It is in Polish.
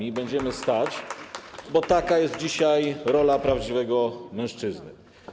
I będziemy stać, bo taka jest dzisiaj rola prawdziwego mężczyzny.